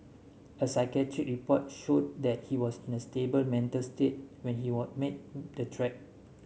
a psychiatric report showed that he was in a stable mental state when he were made the threat